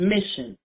mission